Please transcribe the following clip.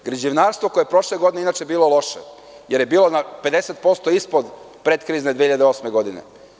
Građevinarstvo, koje je prošle godine inače bilo loše, jer je bilo na 50% ispod pred krizne 2008. godine.